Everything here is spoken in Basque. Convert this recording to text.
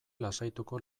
lasaituko